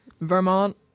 Vermont